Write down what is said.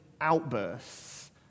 outbursts